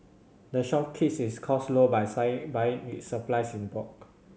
the shop keeps its costs low by buying its supplies in bulk